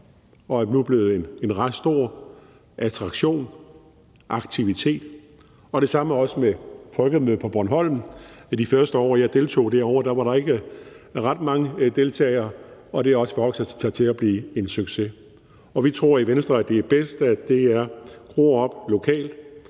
småt og er nu blevet en ret stor attraktion, aktivitet, og det samme med Folkemødet på Bornholm. De første år jeg deltog derovre, var der ikke ret mange deltagere, og det har også vokset sig til at blive en succes. Vi tror i Venstre, at det er bedst, at det er groet og vokset